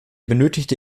benötigte